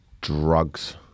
drugs